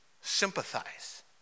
Sympathize